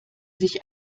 sich